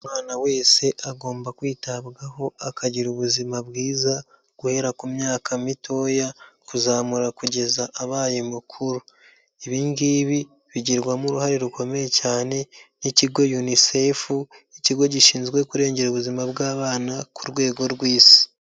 Umwana wese agomba kwitabwaho akagira ubuzima bwiza, guhera ku myaka mitoya kuzamura kugeza abaye mukuru, ibi ngibi bigirwamo uruhare rukomeye cyane n'ikigo UNICEF, ikigo gishinzwe kurengera ubuzima bw'abana ku rwego rw'Isi.